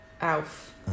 Alf